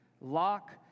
Lock